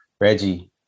Reggie